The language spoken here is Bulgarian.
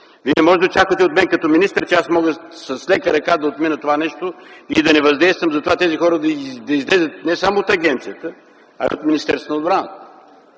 не можете да очаквате от мен като министър, че мога с лека ръка да отмина това нещо и да не въздействам за това тези хора да излязат не само от агенцията, но и от Министерството на